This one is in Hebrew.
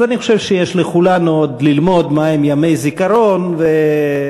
אז אני חושב שיש לכולנו עוד ללמוד מה הם ימי זיכרון ולנהוג,